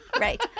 right